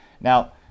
now